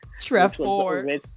Trevor